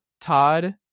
Todd